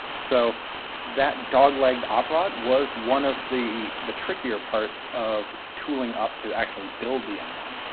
so that dogleg op rod was one of the the trickier parts of tooling up to actually build the m one,